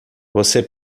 você